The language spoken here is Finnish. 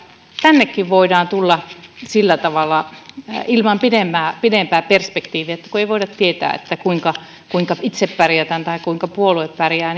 tännekin voidaan tulla sillä tavalla ilman pidempää pidempää perspektiiviä kun ei voida tietää kuinka kuinka itse pärjätään tai kuinka puolue pärjää